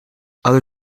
other